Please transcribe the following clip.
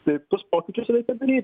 tai tuos pokyčius reikia daryti